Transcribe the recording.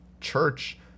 church